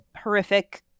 horrific